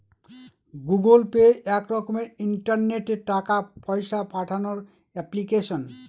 Google Pay এক রকমের ইন্টারনেটে টাকা পয়সা পাঠানোর এপ্লিকেশন